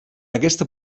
aquesta